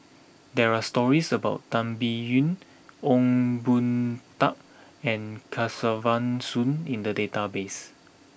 there are stories about Tan Biyun Ong Boon Tat and Kesavan Soon in the database